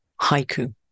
Haiku